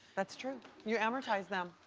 that's true. you amortize them.